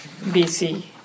BC